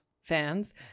fans